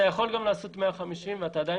אתה יכול גם לעשות 150 ואתה עדיין